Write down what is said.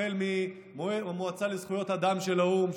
החל מהמועצה לזכויות אדם של האו"ם,